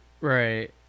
Right